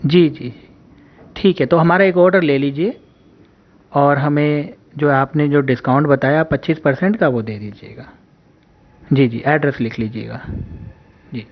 جی جی ٹھیک ہے تو ہمارا ایک آڈر لے لیجیے اور ہمیں جو ہے آپ نے جو ڈسکاؤنٹ بتایا پچیس پرسنٹ کا وہ دے دیجیے گا جی جی ایڈرس لکھ لیجیے گا جی